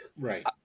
Right